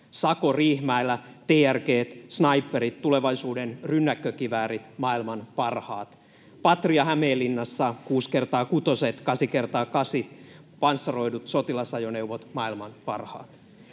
Sako Riihimäellä TRG:t, sniperit, tulevaisuuden rynnäkkökiväärit — maailman parhaat —, Patria Hämeenlinnassa 6x6:t, 8x8:t, panssaroidut sotilasajoneuvot — maailman parhaat.